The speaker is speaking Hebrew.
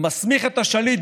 ומסמיך את השליט,